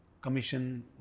commission